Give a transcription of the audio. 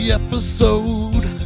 episode